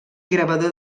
gravador